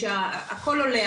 הכל עולה,